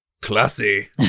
Classy